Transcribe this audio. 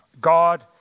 God